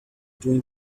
doing